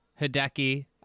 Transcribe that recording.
Hideki